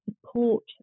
support